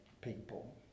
people